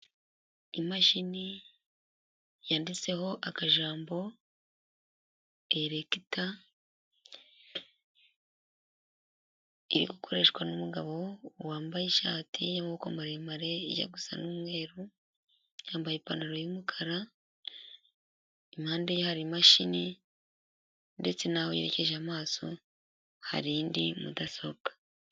Imashini yanditseho akajambo Elekta, iri gukoreshwa n'umugabo wambaye ishati y'amaboko maremare ijya gusa n'umweru, yambaye ipantaro y'umukara, impande hari imashini ndetse n'aho yerekeje amaso hari indi mudasobwa.